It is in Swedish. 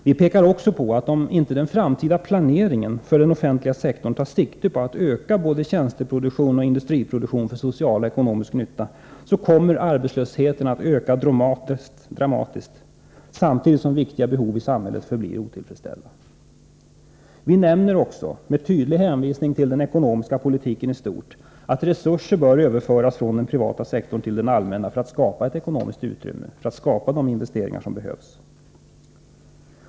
Vi pekar också på att om inte den framtida planeringen för den offentliga sektorn tar sikte på att öka både tjänsteproduktion och industriproduktion för social och ekonomisk nytta så kommer arbetslösheten att öka dramatiskt samtidigt som viktiga behov i samhället förblir otillfredsställda. Vi nämner med tydlig hänvisning till den ekonomiska politiken i stort att resurser bör överföras från den privata sektorn till den allmänna för att skapa ett ekonomiskt utrymme och för att skapa de investeringar som behövs.